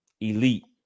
Elite